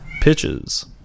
Pitches